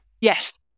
yes